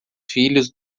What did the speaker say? filhos